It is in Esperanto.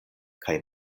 kaj